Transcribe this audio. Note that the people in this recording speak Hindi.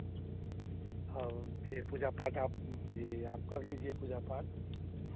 हाँ फिर पूजा पाठ आप ये आप कर लीजिए पूजा पाठ